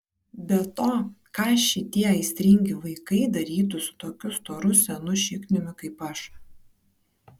be to ką šitie aistringi vaikai darytų su tokiu storu senu šikniumi kaip aš